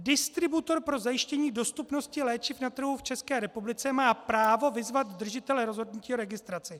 Distributor pro zajištění dostupnosti léčiv na trhu v České republice má právo vyzvat držitele rozhodnutí o registraci.